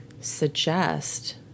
suggest